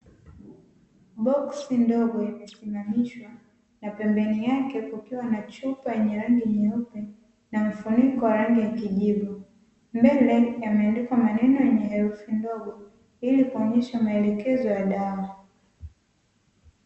Boksi ndogo imesimamishwa na pembeni yake kukiwa na chupa yenye rangi nyeupe na mfuniko wa rangi ya kijivu, mbele yameandikwa maneno yenye herufi ndogo ili kuonesha maelekezo ya dawa.